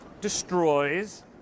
destroys